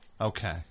Okay